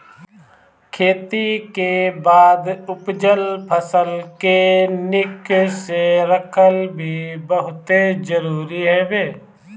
खेती के बाद उपजल फसल के निक से रखल भी बहुते जरुरी हवे